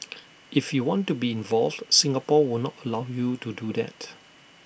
if you want to be involved Singapore will not allow you to do that